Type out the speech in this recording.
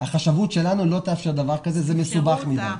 החשבות שלנו לא תאפשר דבר כזה כי זה מסובך מדי.